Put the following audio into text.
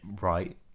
right